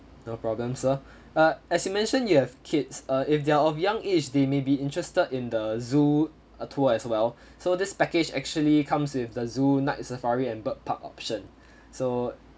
no problem sir uh as you mentioned you have kids uh if they're of young age they may be interested in the zoo uh tour as well so this package actually comes with the zoo night safari and bird park option so